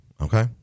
okay